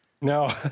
No